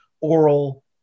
oral